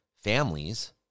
families